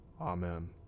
amen